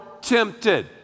tempted